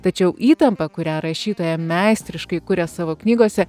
tačiau įtampa kurią rašytoja meistriškai kuria savo knygose